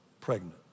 pregnant